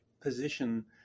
position